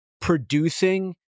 producing